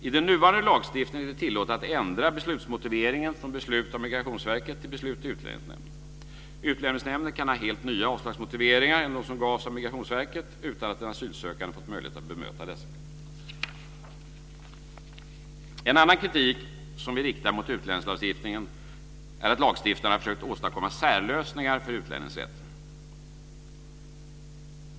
I den nuvarande lagstiftningen är det tillåtet att ändra beslutsmotiveringen från beslut av Migrationsverket till beslut i Utlänningsnämnden. Utlänningsnämnden kan ha helt nya avslagsmotiveringar än de som gavs av Migrationsverket utan att den asylsökande fått möjlighet att bemöta dessa. En annan kritik som vi riktar mot utlänningslagstiftningen är att lagstiftarna har försökt åstadkomma särlösningar för utlänningsrätten.